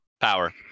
Power